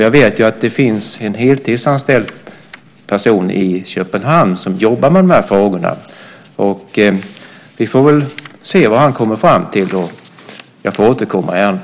Jag vet att det finns en heltidsanställd person i Köpenhamn som jobbar med de här frågorna. Vi får väl se vad han kommer fram till. Jag får återkomma i ärendet.